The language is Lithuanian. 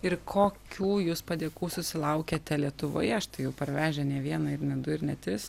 ir kokių jūs padėkų susilaukiate lietuvoje štai jau parvežę ne vieną ir ne du ir ne tris